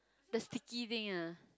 the sticky thing ah